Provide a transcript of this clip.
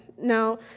Now